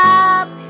Love